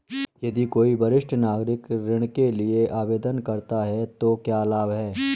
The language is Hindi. यदि कोई वरिष्ठ नागरिक ऋण के लिए आवेदन करता है तो क्या लाभ हैं?